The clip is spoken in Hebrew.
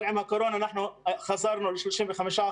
אבל עם הקורונה אנחנו חזרנו ל-35%.